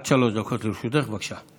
עד שלוש דקות לרשותך, בבקשה.